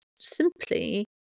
simply